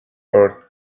earth